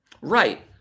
Right